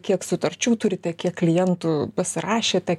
kiek sutarčių turite kiek klientų pasirašė